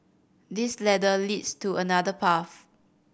this ladder leads to another path